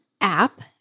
app